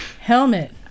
helmet